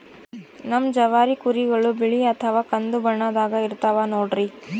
ನಮ್ ಜವಾರಿ ಕುರಿಗಳು ಬಿಳಿ ಅಥವಾ ಕಂದು ಬಣ್ಣದಾಗ ಇರ್ತವ ನೋಡ್ರಿ